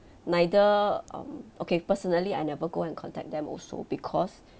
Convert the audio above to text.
neither um okay personally I never go and contact them also because